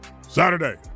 Saturday